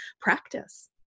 practice